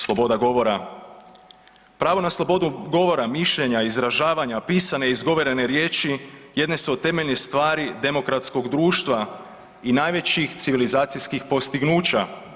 Sloboda govora, pravo na slobodu govora, mišljenja, izražavanja pisane i izgovorene riječi jedne su od temeljnih stvari demokratskog društva i najvećih civilizacijskih postignuća.